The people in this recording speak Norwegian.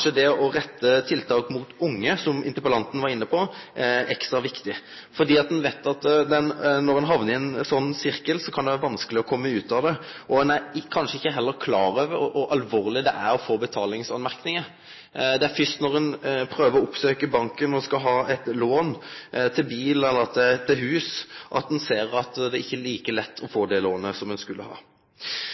det å rette tiltak mot unge, som interpellanten var inne på, ekstra viktig, fordi ein veit at når ein hamnar i ein slik sirkel, kan det vere vanskeleg å kome ut av han. Ein er kanskje heller ikkje klar over kor alvorleg det er å få betalingsmerknader. Det er først når ein prøver å oppsøkje banken og skal ha eit lån til bil eller hus, at ein ser at det ikkje er like lett å få det lånet som ein ville ha.